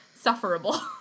sufferable